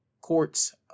courts